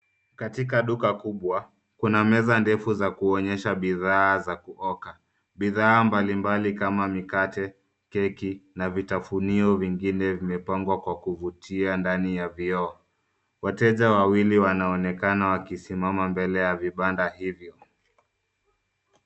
Katika duka kubwa kuna meza ndefu za kuonyesha bidhaa za kuoka. Bidhaa mbalimbali kama mikate ,keki na vitafunio vingine vimepangwa kwa kuvutia ndani ya vioo. Wateja wawili wanaonekana wakisimama mbele ya vibanda hivyo.